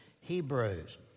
Hebrews